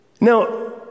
Now